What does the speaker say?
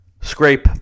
scrape